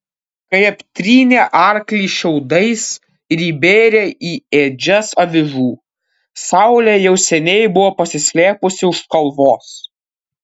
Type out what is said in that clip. kai aptrynė arklį šiaudais ir įbėrė į ėdžias avižų saulė jau seniai buvo pasislėpusi už kalvos